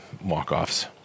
walk-offs